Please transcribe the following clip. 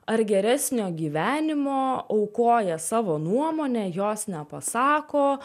ar geresnio gyvenimo aukoja savo nuomonę jos nepasako